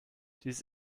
dies